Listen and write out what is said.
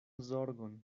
zorgon